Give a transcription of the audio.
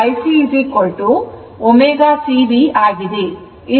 IC ω C V ಆಗಿದೆ